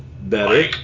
Better